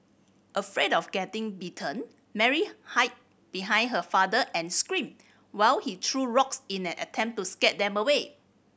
afraid of getting bitten Mary hide behind her father and screamed while he threw rocks in an attempt to scare them away